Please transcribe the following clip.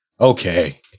okay